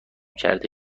کرده